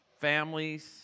Families